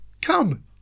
come